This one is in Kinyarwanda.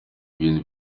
bintu